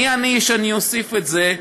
מי אני שאני אוסיף את זה,